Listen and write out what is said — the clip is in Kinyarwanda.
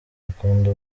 akunda